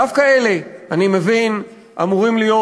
דווקא אלה אני מבין אמורים להיות